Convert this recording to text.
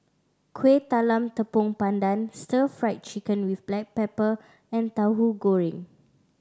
Kuih Talam Tepong Pandan Stir Fry Chicken with black pepper and Tauhu Goreng